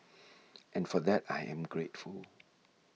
and for that I am grateful